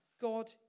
God